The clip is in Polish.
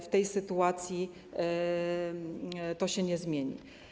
W tej sytuacji to się nie zmieni.